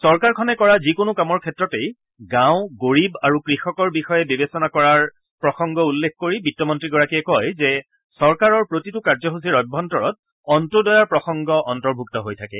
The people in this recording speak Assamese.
চৰকাৰখনে কৰা যিকোনো কামৰ ক্ষেত্ৰতেই গাঁও গৰীব আৰু কৃষকৰ বিষয়ে বিবেচনা কৰাৰ প্ৰসংগ উল্লেখ কৰি বিত্তমন্ত্ৰীগৰাকীয়ে কয় যে চৰকাৰৰ প্ৰতিটো কাৰ্যসূচীৰ অভ্যন্তৰত অন্ত্যোদয়াৰ প্ৰসংগ অন্তৰ্ভুক্ত হৈ থাকে